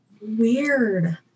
weird